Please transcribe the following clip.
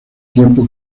tiempo